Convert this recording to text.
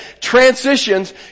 transitions